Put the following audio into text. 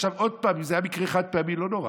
עוד פעם, אם זה היה מקרה חד-פעמי, לא נורא.